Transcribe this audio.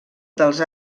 dels